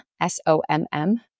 S-O-M-M